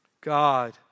God